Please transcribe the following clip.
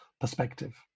perspective